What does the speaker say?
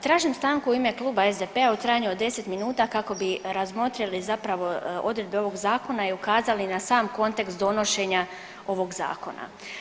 Tražim stanku u ime Kluba SDP-a u trajanju od 10 minuta kako bi razmotrili zapravo odredbe ovog zakona i ukazali na sam kontekst donošenja ovog zakona.